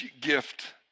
gift